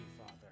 Father